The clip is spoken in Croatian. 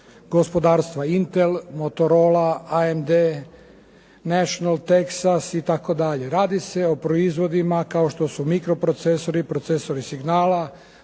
gospodarstva Inter, Motorola, AND, National Texas itd. Radi se o proizvodima kao što su mikro procesori, procesori signala,